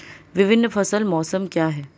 विभिन्न फसल मौसम क्या हैं?